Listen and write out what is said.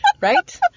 Right